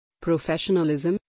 professionalism